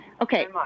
Okay